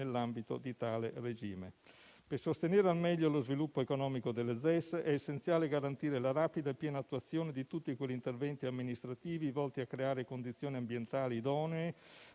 nell'ambito di tale regime. Per sostenere al meglio lo sviluppo economico delle ZES è essenziale garantire la rapida e piena attuazione di tutti quegli interventi amministrativi volti a creare condizioni ambientali idonee